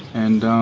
and,